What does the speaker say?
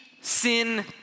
sin